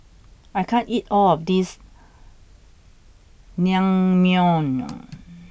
I can't eat all of this Naengmyeon